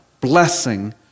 blessing